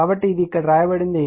కాబట్టి అది ఇక్కడ వ్రాయబడినది